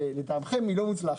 ולטעמכם היא לא מוצלחת.